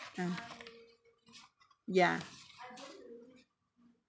uh ya